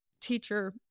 teacher